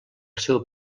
seu